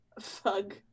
Fug